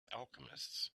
alchemists